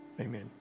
Amen